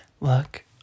look